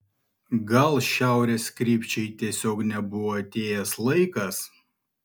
gal šiaurės krypčiai tiesiog nebuvo atėjęs laikas